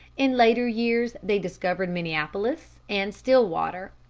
in later years they discovered minneapolis and stillwater.